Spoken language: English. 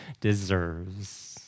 deserves